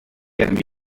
enemy